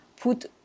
put